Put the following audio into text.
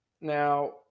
now